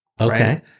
Okay